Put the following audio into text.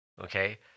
okay